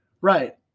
Right